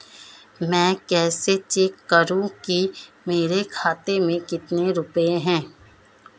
मैं कैसे चेक करूं कि मेरे खाते में कितने रुपए हैं?